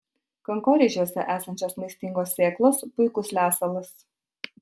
kankorėžiuose esančios maistingos sėklos puikus lesalas